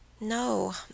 No